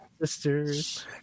Sisters